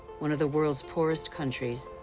one of the world's poorest countries,